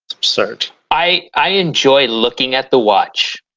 sort of i i enjoy looking at the watch.